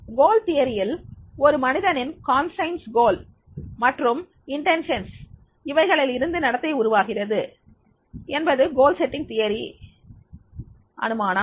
குறிக்கோள் அமைக்கும்கோட்பாட்டில் ஒரு மனிதனின் உளச்சான்று குறிக்கோள் மற்றும் நோக்கங்கள் இவைகளில் இருந்து நடத்தை உருவாகிறது என்பது குறிக்கோள் அமைக்கும் கோட்பாடு அனுமானம்